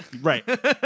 right